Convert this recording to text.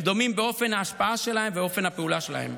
הם דומים באופן ההשפעה שלהם ובאופן הפעולה שלהם.